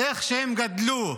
באיך שהם גדלו,